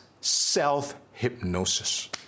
self-hypnosis